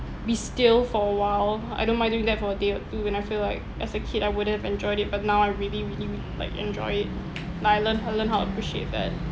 be still for awhile I don't mind doing that for a day or two when I feel like as a kid I wouldn't have enjoyed it but now I really really really like enjoy it like I learn I learn how to appreciate that